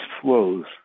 flows